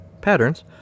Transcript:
patterns